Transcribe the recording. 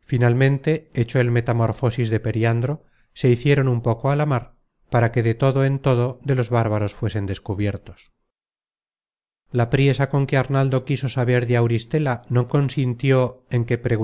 finalmente hecho el metamorfosis de periandro se hicieron un poco á la mar para que de todo en todo de los bárbaros fuesen descubiertos la priesa con que arnaldo quiso saber de auristela no consintió en que pre y